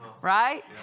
right